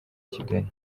kigali